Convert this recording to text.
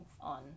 on